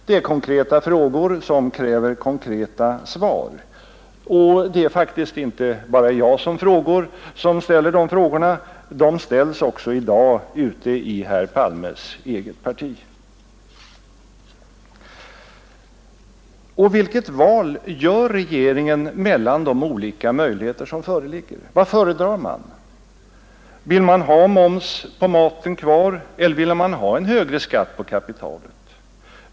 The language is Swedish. Det är konkreta frågor som kräver konkreta svar, och det är faktiskt inte bara jag som ställer de frågorna. De ställs i dag också i herr Palmes eget parti. Vilket val gör regeringen mellan de olika möjligheter som föreligger och vad föredrar man? Vill man ha kvar moms på maten, eller vill man ha en högre skatt på kapital?